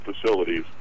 facilities